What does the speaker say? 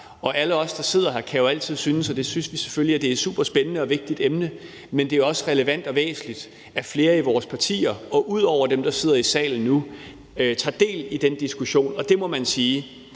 Og alle os, der sidder her, kan altid synes, og det synes vi selvfølgelig, at det er et superspændende og vigtigt emne. Men det er også relevant og væsentligt, at flere i vores partier og ud over dem, der sidder i salen nu, tager del i den diskussion. Og man må sige